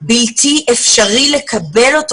בלתי אפשרי לקבל אותו.